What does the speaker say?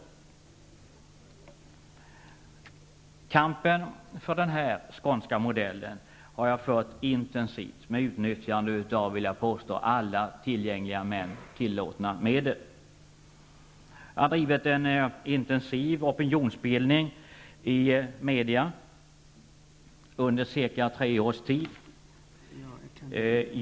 Kampen för den här skånska modellen har jag fört intensivt med utnyttjande av, vill jag påstå, alla tillgängliga men tillåtna medel. Jag har bedrivit en intensiv opinionsbildning i media under ca tre års tid.